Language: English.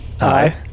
Aye